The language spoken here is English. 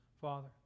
Father